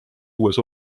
uues